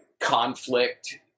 conflict